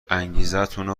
انگیزتونو